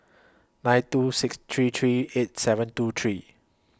nine two six three three eight seven two three